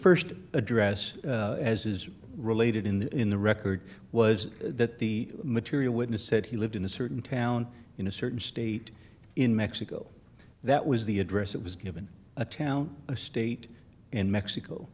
the st address as is related in the in the record was that the material witness said he lived in a certain town in a certain state in mexico that was the address that was given a town a state in mexico